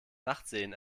nachtsehen